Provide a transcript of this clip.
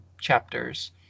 chapters